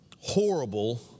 horrible